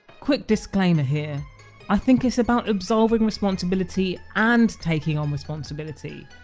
quick disclaimer here i think it's about absolving responsibility and taking on responsibility.